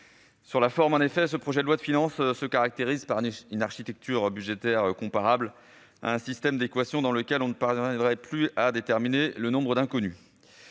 sur la forme, le PLF se caractérise par une architecture budgétaire comparable à un système d'équations dans lequel on ne parviendrait plus à déterminer le nombre d'inconnues.